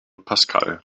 pascal